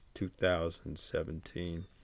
2017